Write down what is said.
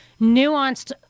nuanced